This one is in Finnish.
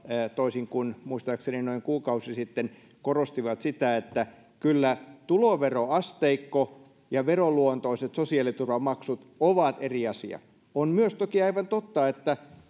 toisin kuin muistaakseni noin kuukausi sitten korostivat sitä että kyllä tuloveroasteikko ja veroluontoiset sosiaaliturvamaksut ovat eri asia on myös toki aivan totta että